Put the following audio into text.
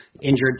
injured